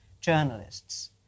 journalists